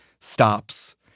stops